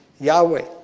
Yahweh